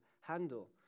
handle